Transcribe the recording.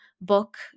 book